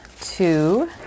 two